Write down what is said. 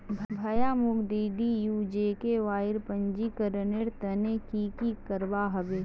भाया, मोक डीडीयू जीकेवाईर पंजीकरनेर त न की करवा ह बे